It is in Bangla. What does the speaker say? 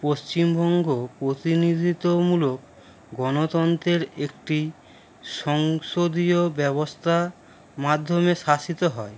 পশ্চিমবঙ্গ প্রতিনিধিত্বমূলক গণতন্ত্রের একটি সংসদীয় ব্যবস্থার মাধ্যমে শাসিত হয়